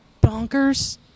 bonkers